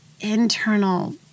internal